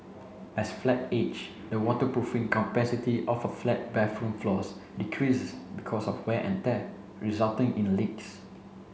as flat age the waterproofing capacity of a flat bathroom floors decreases because of wear and tear resulting in leaks